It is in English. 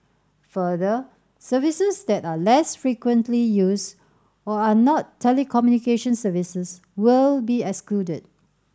further services that are less frequently used or are not telecommunication services will be excluded